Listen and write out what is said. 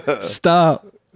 Stop